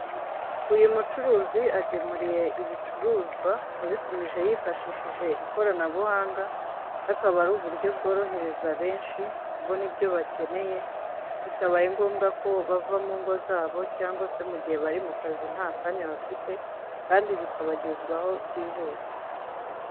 Uyu mucuruzi agemuriye ibicuruzwa uwabitumije yifashishije ikoranabuhanga, ndetse akaba ari uburyo bworohereza benshi kubona ibyo bakeneye bitabaye ngombwa ko bava mu ngo zabo cyangwa se mu gihe bari mu kazi nta kanya bafite, kandi bikabagezwaho byihuse.